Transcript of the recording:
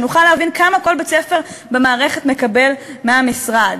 שנוכל להבין כמה כל בית-ספר במערכת מקבל מהמשרד.